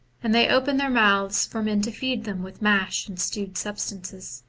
and they open their mouths for men to feed them with mash and stewed substances.